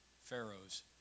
Pharaoh's